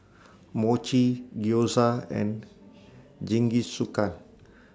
Mochi Gyoza and Jingisukan